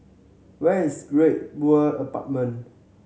where is Great World Apartment